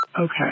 Okay